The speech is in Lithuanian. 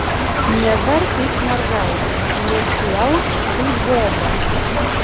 neverk kaip mergaitė nesielk kaip boba